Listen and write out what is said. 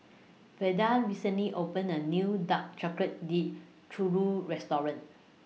Velda recently opened A New Dark Chocolate Dipped Churro Restaurant